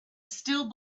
still